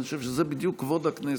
אני חושב שזה בדיוק כבוד הכנסת.